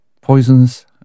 poisons